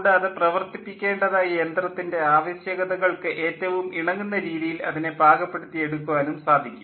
കൂടാതെ പ്രവർത്തിപ്പിക്കേണ്ടതായ യന്ത്രത്തിൻ്റെ ആവശ്യകതകൾക്ക് ഏറ്റവും ഇണങ്ങുന്ന രീതിയിൽ അതിനെ പാകപ്പെടുത്തി എടുക്കുവാനും സാധിക്കും